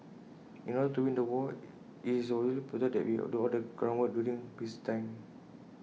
in order to win the war IT is absolutely important that we do all the groundwork during peacetime